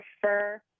prefer